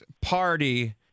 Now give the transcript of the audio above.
party